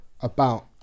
about-